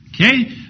Okay